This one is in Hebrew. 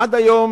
עד היום